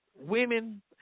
Women